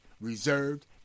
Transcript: reserved